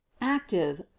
active